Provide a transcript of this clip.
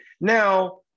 now